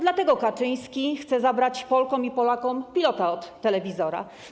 Dlatego Kaczyński chce zabrać Polkom i Polakom pilota od telewizora.